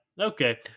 okay